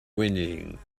whinnying